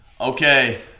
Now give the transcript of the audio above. Okay